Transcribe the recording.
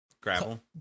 Gravel